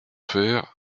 fer